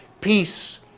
Peace